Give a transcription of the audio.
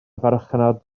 farchnad